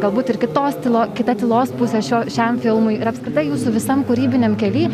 galbūt ir kitos tylos kita tylos pusė šia šiam filmui ir apskritai jūsų visam kūrybiniam kely